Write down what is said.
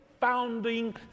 founding